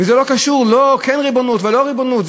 וזה לא קשור, כן ריבונות, לא ריבונות.